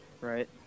right